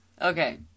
Okay